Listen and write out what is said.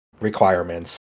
requirements